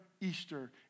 Easter